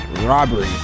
Robbery